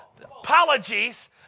apologies